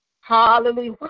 Hallelujah